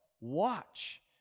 Watch